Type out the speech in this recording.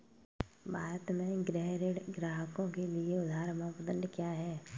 भारत में गृह ऋण ग्राहकों के लिए उधार मानदंड क्या है?